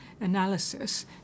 analysis